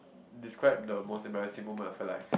describe the most embarrassing moment of your life